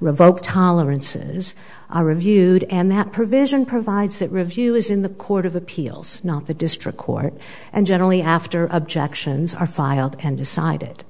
revoke tolerances are reviewed and that provision provides that review is in the court of appeals not the district court and generally after objections are filed and decided